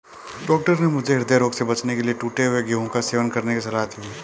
doctor ने मुझे हृदय रोग से बचने के लिए टूटे हुए गेहूं का सेवन करने की सलाह दी है